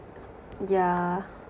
yeah